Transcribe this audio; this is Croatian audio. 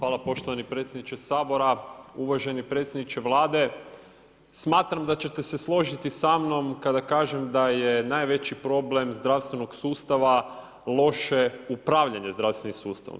Hvala poštovani predsjedniče Sabora, uvaženi predsjedniče Vlade, smatram da ćete se složiti sa mnom, kada kažem da je najveći problem zdravstvenog sustava loše upravljanje zdravstvenim sustavom.